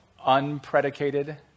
unpredicated